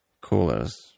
coolers